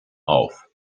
auf